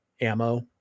ammo